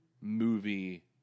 movie